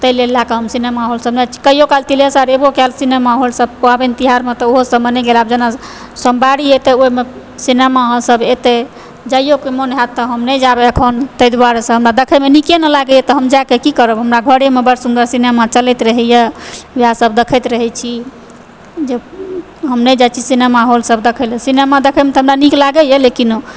ताहि लेल लऽ कऽ हम सिनेमा हाल नहि जाइ छी कहियो काल तिल्हेश्वर गयबो कएल सिनेमा हॉल सब पाबनि तिहारमेतऽ ओहो सब नहि गेल आब जेना सोमवारी एहि तऽ ओहिमे सिनेमा सब एतय जाइयोके मन होयत तऽ हम नहि जायब एखन तै दुआरेसँ हमरा देखयमे नीके नहि लागैया तऽ हम जाकऽ की करब हमरा घरे मे बड़ सुन्दर सिनेमा चलैत रहैया इएह सब देखैत रहै छी जे हम नहि जाइ छी सिनेमा हॉल सब देखै लए सिनेमा देखयमे तऽ हमरा नीक लागैया लेकिन